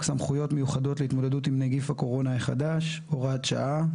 סמכויות מיוחדות להתמודדות עם נגיף קורונה החדש (הוראת שעה),